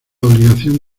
obligación